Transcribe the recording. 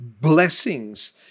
blessings